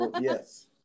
Yes